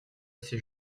ces